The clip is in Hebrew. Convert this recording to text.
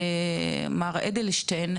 מר אדלשטיין,